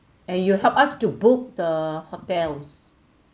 and you will help us to book the hotels